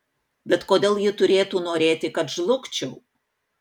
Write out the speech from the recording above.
bet kodėl ji turėtų norėti kad žlugčiau